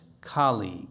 colleague